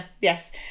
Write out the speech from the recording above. yes